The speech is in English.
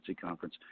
conference